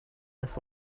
this